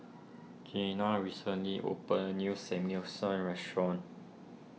Keenan recently opened a new Samgyeopsal restaurant